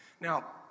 Now